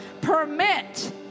permit